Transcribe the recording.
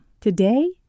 Today